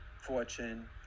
fortune